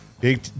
big